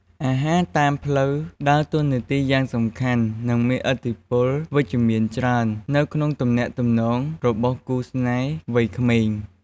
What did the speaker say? អាហារតាមផ្លូវដើរតួនាទីយ៉ាងសំខាន់ និងមានឥទ្ធិពលវិជ្ជមានច្រើន នៅក្នុងទំនាក់ទំនងរបស់គូស្នេហ៍វ័យក្មេង។